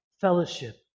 fellowship